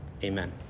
Amen